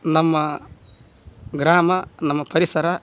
ನಮ್ಮ ಗ್ರಾಮ ನಮ್ಮ ಪರಿಸರ